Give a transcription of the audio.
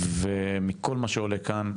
ומכל מה שעולה כאן,